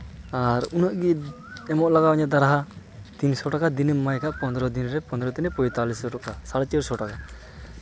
ᱟᱨ ᱩᱱᱟᱹᱜ ᱜᱮ ᱮᱢᱚᱜ ᱞᱟᱜᱟᱣ ᱤᱧᱟᱹ ᱫᱟᱨᱦᱟ ᱛᱤᱱᱥᱚ ᱴᱟᱠᱟ ᱫᱤᱱᱮᱢ ᱮᱢᱟᱭ ᱠᱷᱟᱡ ᱯᱚᱱᱨᱚ ᱫᱤᱱᱨᱮ ᱯᱚᱱᱨᱚ ᱛᱤᱱᱮ ᱯᱚᱸᱭᱛᱟᱞᱞᱤᱥ ᱴᱟᱠᱟ ᱥᱟᱲᱮ ᱪᱟᱹᱨᱥᱚ ᱴᱟᱠᱟ